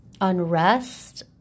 unrest